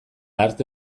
arte